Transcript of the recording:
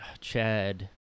Chad